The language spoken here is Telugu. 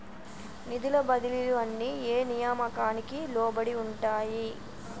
నిధుల బదిలీలు అన్ని ఏ నియామకానికి లోబడి ఉంటాయి?